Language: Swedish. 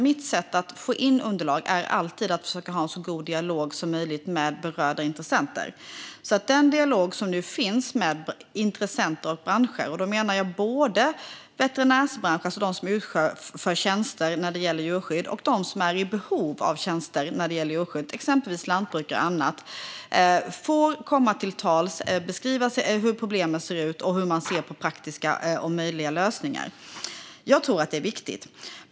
Mitt sätt att få in underlag är alltid att försöka ha en så god dialog som möjligt med berörda intressenter. I den dialog som nu finns får intressenter och branscher - och då menar jag både veterinärbranschen, det vill säga de som utför tjänster när det gäller djurskydd, och de som är i behov av tjänster när det gäller djurskydd, exempelvis lantbrukare och annat - komma till tals, beskriva hur problemen ser ut och säga hur man ser på praktiska och möjliga lösningar. Jag tror att det är viktigt.